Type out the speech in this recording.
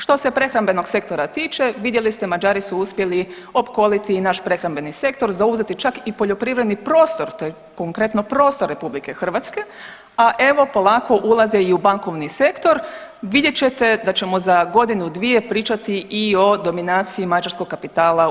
Što se prehrambenog sektora tiče vidjeli ste Mađari su uspjeli opkoliti i naš prehrambeni sektor, zauzeti čak i poljoprivredni prostor, to je konkretno prostor RH, a evo polako ulaze i u bankovni sektor, vidjet ćete da ćemo za godinu dvije pričati i o dominaciji mađarskog kapitala